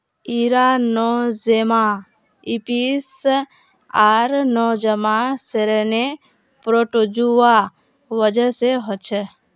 इरा Nosema apis आर Nosema ceranae protozoa वजह से होछे